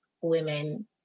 women